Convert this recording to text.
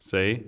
Say